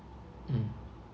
mm